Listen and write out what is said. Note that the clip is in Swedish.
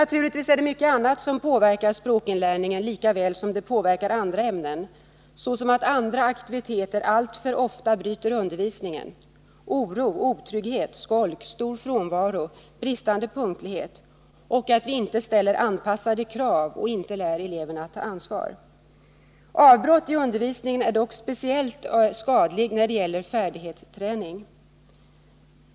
Naturligtvis är det mycket annat som påverkar språkinlärningen lika väl som det påverkar studier i andra ämnen: andra aktiviteter som alltför ofta bryter undervisningen, oro, otrygghet, skolk, stor frånvaro och bristande punktlighet liksom att vi inte ställer anpassade krav och inte lär elever att ta ansvar. Avbrott i undervisningen är dock speciellt skadliga när det gäller färdighetsträning.